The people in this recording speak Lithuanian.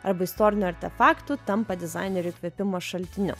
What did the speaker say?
arba istorinių artefaktų tampa dizainerių įkvėpimo šaltiniu